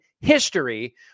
history